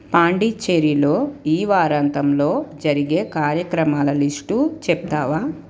పాండిచ్చెరీలో ఈ వారాంతంలో జరిగే కార్యక్రమాల లిస్టు చెప్తావా